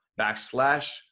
backslash